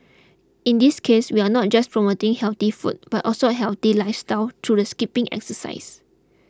in this case we are not in just promoting healthy food but also a healthy lifestyle through the skipping exercise